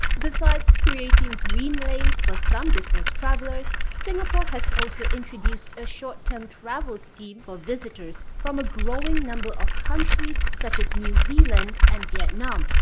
besides creating green lanes for some business travelers, singapore has also introduced a short-term travel scheme for visitors from a growing number of countries such as new zealand and vietnam.